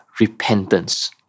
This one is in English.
repentance